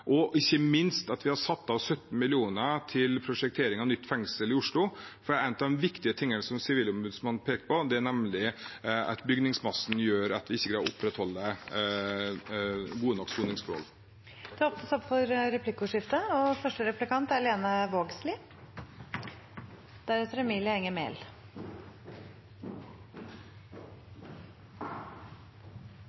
og ikke minst har vi satt av 17 mill. kr til prosjektering av nytt fengsel i Oslo. For en av de viktige tingene Sivilombudsmannen har pekt på, er nemlig at bygningsmassen gjør at vi ikke greier å opprettholde gode nok soningsforhold. Det blir replikkordskifte. Eg er glad for erkjenninga til justisministeren om at bemanninga i politiet ikkje er